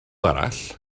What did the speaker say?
arall